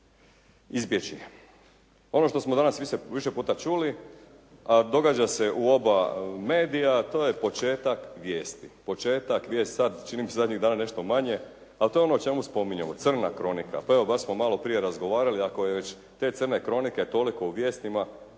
izbjeći. Ono što smo danas više puta čuli, a događa se u oba medija to je početak vijesti. Početak vijest, sad, čini mi se zadnjih dana nešto manje, ali to je ono o čemu spominjemo. Crna kronika. Pa evo baš smo malo prije razgovarali ako je već te Crne kronike toliko u vijestima